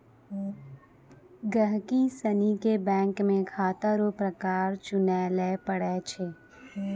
गहिकी सनी के बैंक मे खाता रो प्रकार चुनय लै पड़ै छै